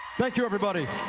thank you, everybody.